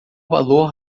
valor